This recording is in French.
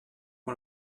que